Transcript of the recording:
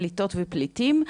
פליטות ופליטים,